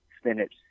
spinach